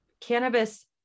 cannabis